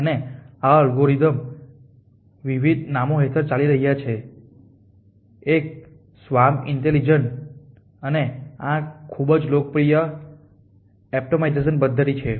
અને આ એલ્ગોરિધમ્સ વિવિધ નામો હેઠળ ચાલી રહ્યા છે એક સ્વામ ઇન્ટેલિજન્સ અને આજે ખૂબ જ લોકપ્રિય ઓપ્ટિમાઇઝેશન પદ્ધતિ છે